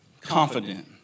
confident